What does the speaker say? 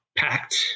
packed